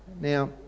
Now